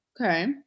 Okay